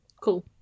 cool